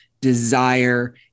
desire